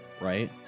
right